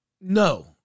No